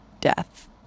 death